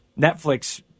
Netflix